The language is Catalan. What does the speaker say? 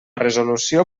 resolució